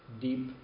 deep